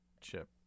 chip